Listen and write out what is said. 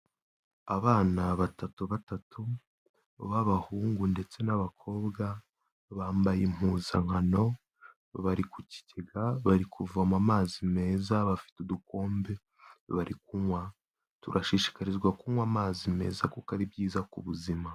Abana batatu batatu b'abahungu ndetse n'abakobwa, bambaye impuzankano bari ku kigega bari kuvoma amazi meza bafite udukombe bari kunywa. Turashishikarizwa kunywa amazi meza kuko ari byiza ku buzima.